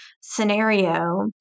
scenario